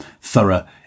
thorough